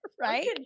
Right